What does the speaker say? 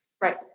Right